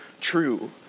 true